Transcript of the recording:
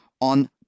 on